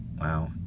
Wow